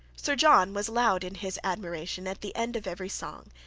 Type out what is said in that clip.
sir john was loud in his admiration at the end of every song,